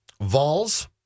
Vols